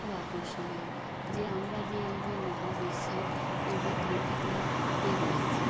খুব আকর্ষণীয় যে আমরা যে এই যে মহাবিশ্বের এই যে পৃথিবীতে রয়েছি